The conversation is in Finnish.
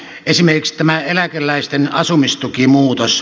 esimerkiksi tämä eläkeläisten asumistukimuutos